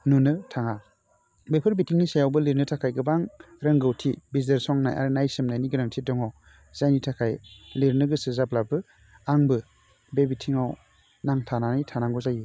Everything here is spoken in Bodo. नुनो थाङा बेफोर बिथिंनि सायावबो लिरनो थाखाय गोबां रोंगौथि बिजिरसंनाय आरो नायसननायनि गोनांथि दङ जायनि थाखाय लिरनो गोसो जाब्लाबो आंबो बे बिथिङाव नांथानानै थानांगौ जायो